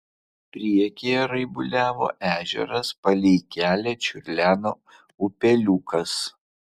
priekyje raibuliavo ežeras palei kelią čiurleno upeliukas